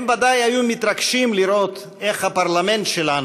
הם בוודאי היו מתרגשים לראות איך הפרלמנט שלנו,